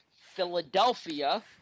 Philadelphia